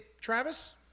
Travis